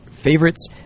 favorites